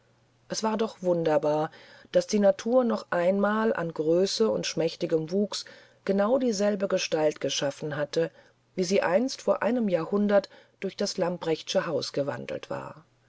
es war doch wunderlich daß die natur noch einmal an größe und schmächtigem wuchs genau dieselbe gestalt geschaffen hatte wie sie vor fast einem jahrhundert durch das lamprechtsche haus gewandelt war